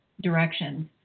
directions